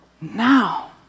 now